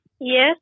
Yes